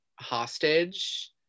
hostage